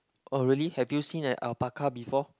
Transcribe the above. oh really have you seen an alpaca before